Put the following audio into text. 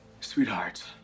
Sweetheart